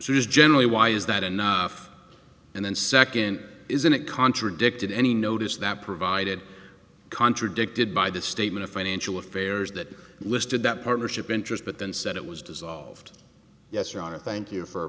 she is generally why is that enough and then second isn't it contradicted any notice that provided contradicted by that statement of financial affairs that listed that partnership interest but then said it was dissolved yes your honor thank you for